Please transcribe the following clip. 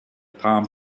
palm